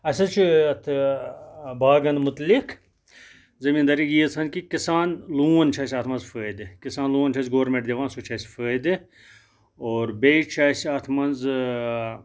اَسہِ حظ چھُ یَتھ باغَن متعلق زٔمیٖندٲری ییٖژ ۂن کہِ کِسان لون چھِ اَسہِ اَتھ منٛز فٲیِدٕ کِسان لون چھِ اَسہِ گورمٮ۪نٛٹ دِوان سُہ چھِ اَسہِ فٲیدٕ اور بیٚیہِ چھِ اَسہِ اَتھ منٛز